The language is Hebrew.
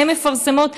הן מפרסמות,